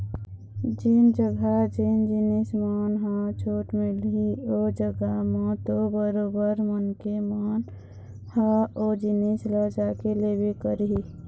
जेन जघा जेन जिनिस मन ह छूट मिलही ओ जघा म तो बरोबर मनखे मन ह ओ जिनिस ल जाके लेबे करही